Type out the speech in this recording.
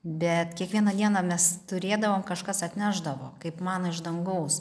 bet kiekvieną dieną mes turėdavom kažkas atnešdavo kaip man iš dangaus